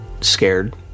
scared